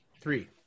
Three